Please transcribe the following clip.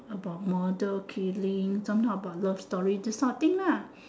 about model peeling sometime about love story this sort of thing ah